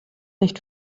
nicht